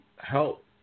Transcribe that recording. Help